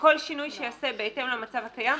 שכל שינוי שייעשה בהתאם למצב הקיים,